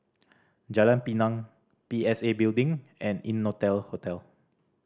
Jalan Pinang P S A Building and Innotel Hotel